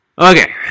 Okay